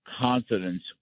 confidence